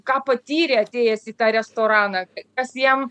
ką patyrė atėjęs į tą restoraną kas jam